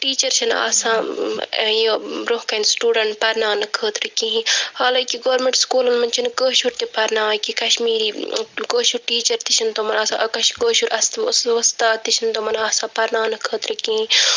teacher چھِنہٕ آسان یہِ برٛونٛہہ کَنہِ سِٹوٗڈَنٛٹ پَرناونہٕ خٲطرٕ کہیٖنٛۍ حالانٛکہِ گورمِنٹ سکوٗلَن منٛز چھِنہٕ کٲشُر تہِ پَرٕناوان کِہیہٖنٛۍ کَشمیٖری کٲشُر ٹیٖچَر تہِ چھِنہٕ تِمَن آسان آ کٲشُر آسہِ تہِ وۅستاد تہِ چھِنہٕ تِمَن آسان پَرناونہٕ خٲطرٕ کِہیٖنٛۍ